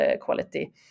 quality